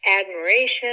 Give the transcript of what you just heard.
admiration